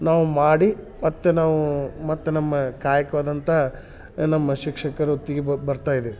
ನಾವು ಮಾಡಿ ಮತ್ತು ನಾವು ಮತ್ತು ನಮ್ಮ ಕಾಯಕವಾದಂಥ ನಮ್ಮ ಶಿಕ್ಷಕ ವೃತ್ತಿಗೆ ಬರ್ತಾ ಇದೇವೆ